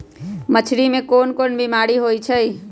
मछरी मे कोन कोन बीमारी होई छई